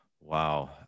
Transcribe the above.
Wow